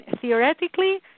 Theoretically